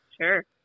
sure